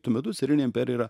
tuo metu carinė imperija yra